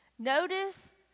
Notice